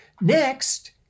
Next